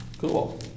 Cool